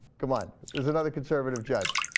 good one is another conservative judge